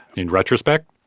in retrospect,